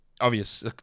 obvious